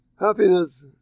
Happiness